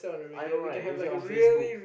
I know right if we are on facebook